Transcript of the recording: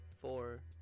Four